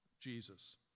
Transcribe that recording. Jesus